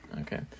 Okay